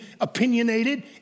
opinionated